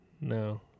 No